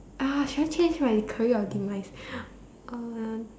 !ah! should I change my career or demise uh